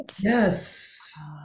yes